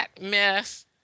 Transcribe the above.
mess